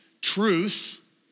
truth